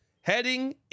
heading